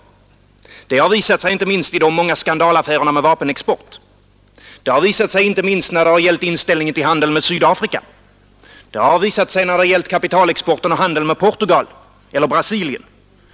Det har visat sig inte minst i de många skandalaffärerna med vapenexport. Det har visat sig inte minst när det gäller inställningen till handeln med Sydafrika. Det har visat sig när det gällt kapitalex porten till och handeln med Portugal eller Brasilien.